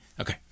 Okay